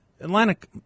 Atlantic